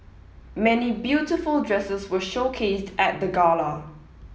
many beautiful dresses were showcased at the gala